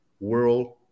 world